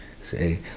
Say